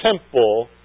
temple